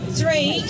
three